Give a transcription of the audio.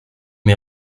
mes